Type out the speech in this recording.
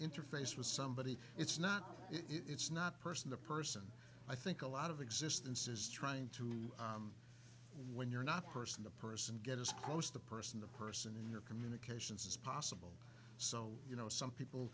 interface with somebody it's not it's not person the person i think a lot of existence is trying to when you're not a person the person get as close to the person the person in your communications as possible so you know some people